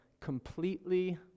completely